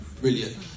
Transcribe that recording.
Brilliant